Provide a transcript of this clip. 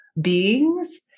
beings